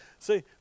See